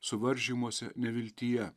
suvaržymuose neviltyje